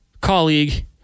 colleague